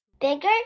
Bigger